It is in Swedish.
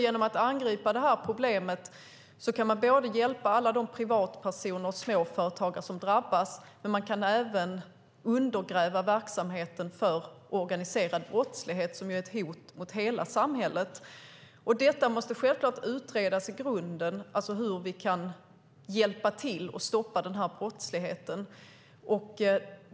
Genom att angripa problemet kan man hjälpa alla de privatpersoner och småföretagare som drabbas. Men man kan även undergräva verksamheten för organiserad brottslighet som är ett hot mot hela samhället. Hur vi kan hjälpa till att stoppa denna brottslighet måste självklart utredas i grunden.